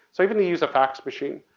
so even to use a fax machine.